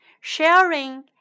Sharing